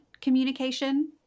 communication